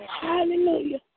Hallelujah